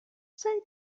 say